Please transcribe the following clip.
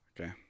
Okay